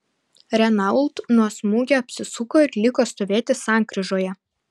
renault nuo smūgio apsisuko ir liko stovėti sankryžoje